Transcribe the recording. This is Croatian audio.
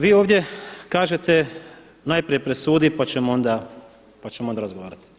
Vi ovdje kažete najprije presudi pa ćemo onda razgovarati.